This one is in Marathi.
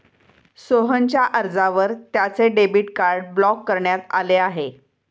सोहनच्या अर्जावर त्याचे डेबिट कार्ड ब्लॉक करण्यात आले आहे